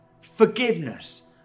forgiveness